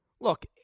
look